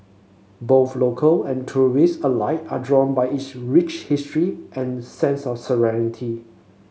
both local and tourists alike are drawn by its rich history and sense of serenity